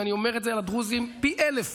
ואני אומר את זה על הדרוזים פי אלף